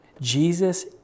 Jesus